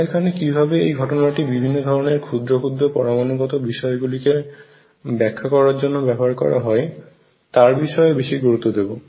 আমরা এখানে কীভাবে এই ঘটনাটি বিভিন্ন ধরনের ক্ষুদ্র ক্ষুদ্র পরমাণু গত বিষয়গুলিকে ব্যাখ্যা করার জন্য ব্যবহার করা হয় তার বিষয়ে বেশি গুরুত্ব দেব